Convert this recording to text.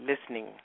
listening